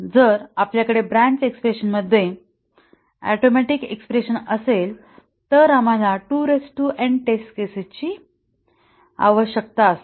तर जर आपल्याकडे ब्रँच एक्स्प्रेशनमध्ये ऍटोमिक एक्स्प्रेशन असेल तर आम्हाला 2n टेस्ट केसेस ची आवश्यकता आहे